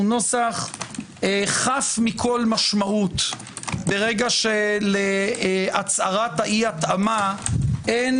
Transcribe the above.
חף מכל משמעות ברגע שלהצהרת האי התאמה אין